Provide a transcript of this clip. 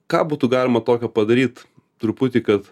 ką būtų galima tokio padaryt truputį kad